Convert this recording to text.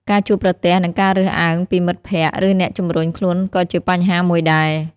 ការជួបប្រទះនឹងការរើសអើងពីមិត្តភក្ដិ ឬអ្នកជុំវិញខ្លួនក៏ជាបញ្ហាមួយដែរ។